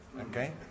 Okay